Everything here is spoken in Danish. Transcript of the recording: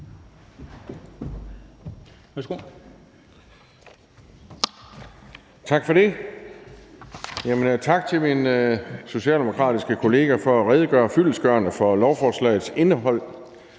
Tak for det. Tak til min socialdemokratiske kollega for at redegøre fyldestgørende for lovforslagets indhold.